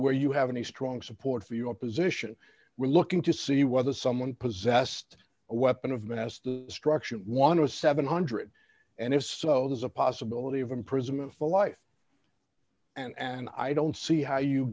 where you have any strong support for your position we're looking to see whether someone possessed a weapon of mass destruction one of seven hundred and if so there's a possibility of imprisonment for life and i don't see how you